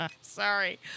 Sorry